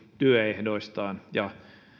työehdoistaan ja